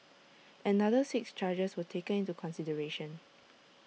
another six charges were taken into consideration